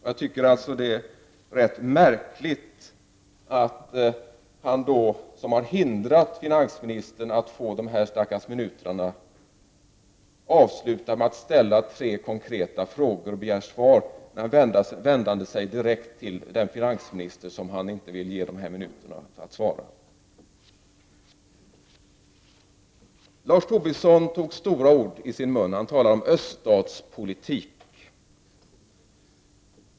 Jag tycker att det är rätt märkligt att Lars Tobisson, som hindrade finansministern från att få dessa minuter, avslutar med att ställa tre konkreta frågor och begära svar och då vänder sig till den finansminister som han inte ville ge dessa minuter. Lars Tobisson tog stora ord i sin mun. Han talade om öststatspolitik.